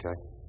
okay